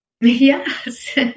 Yes